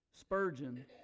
Spurgeon